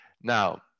Now